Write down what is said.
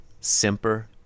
Simper